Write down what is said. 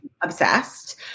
obsessed